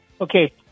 okay